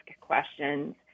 questions